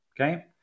Okay